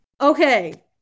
Okay